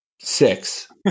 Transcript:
Six